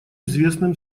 известным